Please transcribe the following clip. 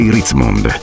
Ritzmond